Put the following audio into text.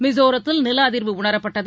மிசோரத்தில் நிலஅதிர்வு உணரப்பட்டது